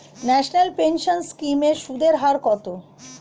National pension scheme এর সুদের হার কত?